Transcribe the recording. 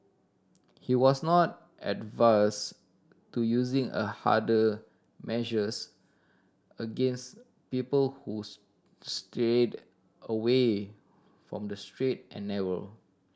he was not adverse to using a harder measures against people who strayed away from the straight and narrow